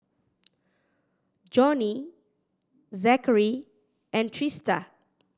Johney Zachary and Trista